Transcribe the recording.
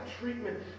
treatment